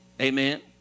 Amen